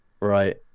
right